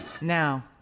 Now